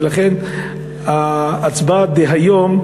ולכן ההצבעה דהיום,